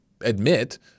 admit